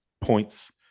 points